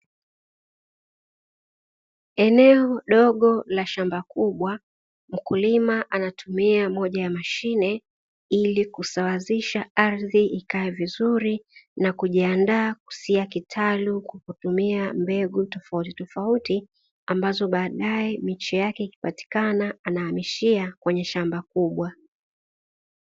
Eneo dogo la shamba kubwa; mkulima anatumia moja ya mashine ili kusawazisha ardhi ikae vizuri na kujiandaa kusia kitalu kwa kutumia mbegu tofautitofauti, ambazo baadae miche yake ikipatikana anahamishia kwenye shamba kubwa.